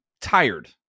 tired